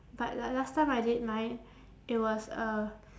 but like last time I did mine it was a